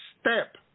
step